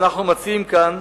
ואנחנו מציעים כאן